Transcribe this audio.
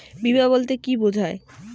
বিমা বলতে কি বোঝায়?